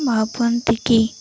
ଭାବନ୍ତି କିି